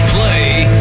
Play